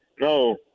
no